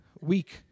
week